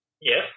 Yes